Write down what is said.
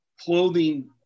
clothing